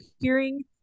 hearing